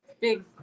Big